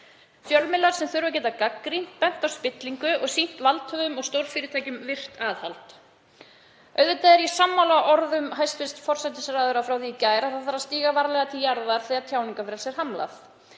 Fjölmiðlar þurfa að geta gagnrýnt, bent á spillingu og sýnt valdhöfum og stórfyrirtækjum virkt aðhald. Auðvitað er ég sammála orðum hæstv. forsætisráðherra frá því í gær um að stíga þurfi varlega til jarðar þegar tjáningarfrelsi er hamlað.